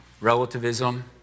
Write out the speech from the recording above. relativism